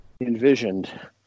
envisioned